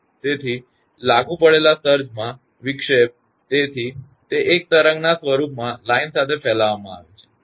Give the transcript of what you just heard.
તેથી લાગુ પડેલા સર્જઉછાળામાં વિક્ષેપ તેથી તે એક તરંગના સ્વરૂપમાં લાઇન સાથે ફેલાવવામાં આવે છે